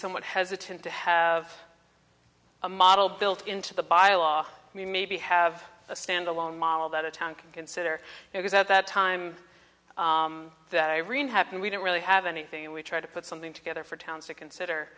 somewhat hesitant to have a model built into the bylaw maybe have a stand alone model that the town can consider because at that time that i read happened we didn't really have anything and we tried to put something together for towns to consider